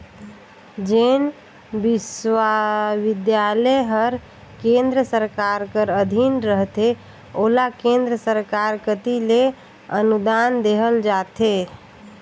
जेन बिस्वबिद्यालय हर केन्द्र सरकार कर अधीन रहथे ओला केन्द्र सरकार कती ले अनुदान देहल जाथे